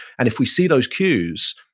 and if we see those cues,